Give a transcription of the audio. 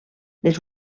les